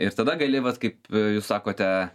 ir tada gali vat kaip jūs sakote